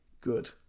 good